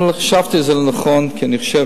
אבל חשבתי את זה לנכון, כי אני חושב